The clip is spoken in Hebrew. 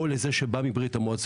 או לזה שבא מברית-המועצות,